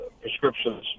prescriptions